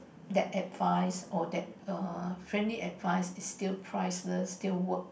that advice or that uh friendly advice is still priceless still work